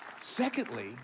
secondly